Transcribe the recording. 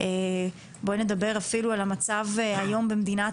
בואי נדבר אפילו על המצב היום במדינת